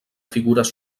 figures